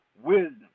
wisdom